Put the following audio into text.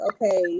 okay